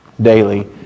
daily